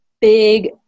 big